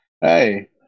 Hey